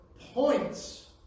points